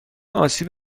آسیب